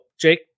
Jake